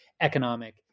economic